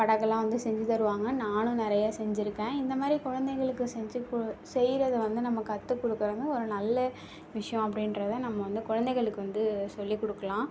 படகெல்லாம் வந்து செஞ்சு தருவாங்க நானும் நிறைய செஞ்சுருக்கேன் இந்த மாதிரி குழந்தைங்களுக்கு செஞ்சு கு செய்வது வந்து நம்ம கற்றுக் கொடுக்குறாங்க ஒரு நல்ல விஷயம் அப்படின்றத நம்ம வந்து குழந்தைங்களுக்கு வந்து சொல்லி கொடுக்கலாம்